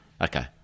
Okay